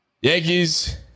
Yankees